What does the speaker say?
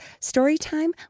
Storytime